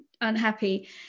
unhappy